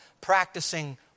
Practicing